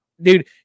dude